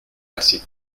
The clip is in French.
assez